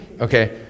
okay